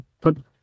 put